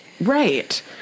Right